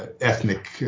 ethnic